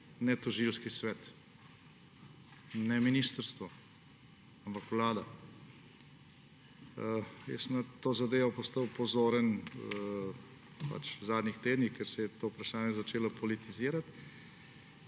ne tožilski svet in ne ministrstvo, ampak Vlada. Jaz sem na to zadevo postal pozoren v zadnjih tednih, ker se je to vprašanje začelo politizirati,